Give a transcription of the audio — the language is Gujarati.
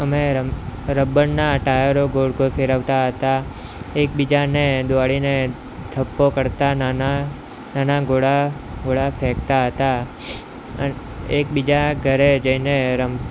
અમે રબરના ટાયરો ગોળ ગોળ ફેરવતા હતા એકબીજાને દોડીને થપ્પો કરતા નાના નાના ગોળા ગોળા ફેંકતા હતા અને એકબીજા ઘરે જઈને રમ